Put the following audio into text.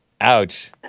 Ouch